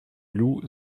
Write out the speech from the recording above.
loup